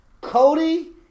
Cody